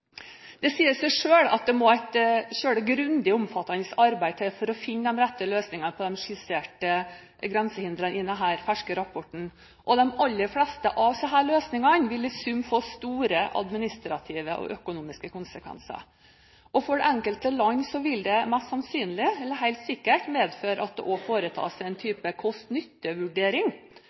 Det sier seg selv at det må et meget grundig og omfattende arbeid til for å finne de rette løsningene på grensehindrene skissert i denne ferske rapporten. De aller fleste av disse løsningene vil i sum få store administrative og økonomiske konsekvenser. For det enkelte land vil det helt sikkert medføre at det også foretas en type